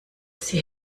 sie